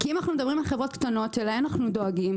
כי אם אנחנו מדברים על חברות קטנות שלהן אנחנו דואגים,